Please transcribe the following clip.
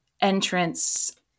entrance